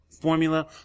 formula